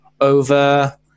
over